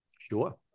Sure